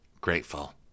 grateful